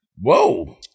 Whoa